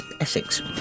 Essex